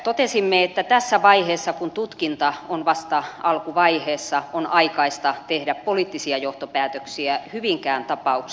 totesimme että tässä vaiheessa kun tutkinta on vasta alkuvaiheessa on aikaista tehdä poliittisia johtopäätöksiä hyvinkään tapauksesta